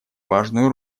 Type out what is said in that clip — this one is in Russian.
важную